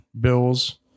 bills